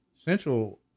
Central